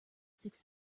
six